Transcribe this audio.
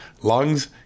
lungs